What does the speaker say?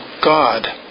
God